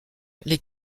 les